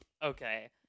Okay